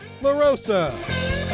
LaRosa